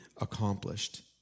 accomplished